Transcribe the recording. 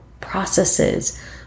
processes